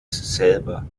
selber